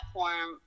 platform